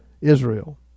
Israel